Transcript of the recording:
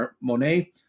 Monet